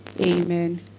Amen